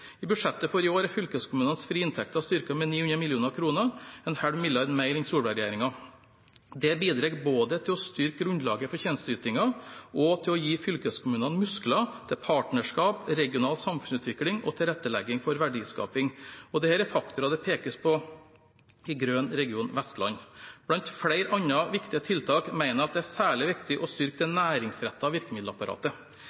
I budsjettet for i år er fylkeskommunenes frie inntekter styrket med 900 mill. kr – 0,5 mrd. kr mer enn Solberg-regjeringens forslag til budsjett. Det bidrar både til å styrke grunnlaget for tjenesteytingen og til å gi fylkeskommunene muskler til partnerskap, regional samfunnsutvikling og tilrettelegging for verdiskaping. Dette er faktorer det pekes på i Grøn region Vestland. Blant flere andre viktige tiltak mener jeg det er særlig viktig å styrke det